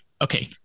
okay